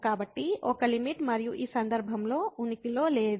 కాబట్టి ఒక లిమిట్ మరియు ఈ సందర్భంలో ఉనికిలో లేదు